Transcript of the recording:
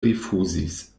rifuzis